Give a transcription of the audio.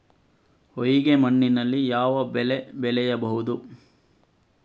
ಹೊಯ್ಗೆ ಮಣ್ಣಿನಲ್ಲಿ ಯಾವ ಬೆಳೆ ಬೆಳೆಯಬಹುದು?